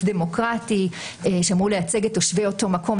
דמוקרטי שאמור לייצג את תושבי אותו מקום,